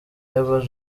y’aba